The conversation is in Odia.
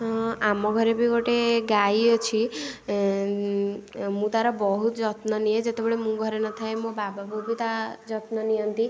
ହଁ ଆମ ଘରେ ବି ଗୋଟେ ଗାଈ ଅଛି ମୁଁ ତା'ର ବହୁତ ଯତ୍ନ ନିଏ ଯେତେବେଳେ ମୁଁ ଘରେ ନଥାଏ ମୋ ବାବା ବୋଉ ବି ତାର ଯତ୍ନ ନିଅନ୍ତି